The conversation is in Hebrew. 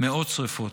שרפות, מאות שרפות,